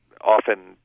often